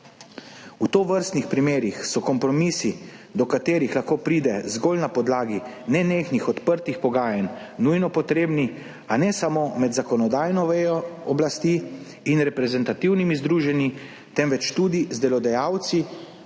V tovrstnih primerih so kompromisi, do katerih lahko pride zgolj na podlagi nenehnih odprtih pogajanj, nujno potrebni, a ne samo med zakonodajno vejo oblasti in reprezentativnimi združenji, temveč tudi z delodajalci,